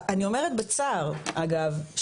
אני אומרת בצער אגב,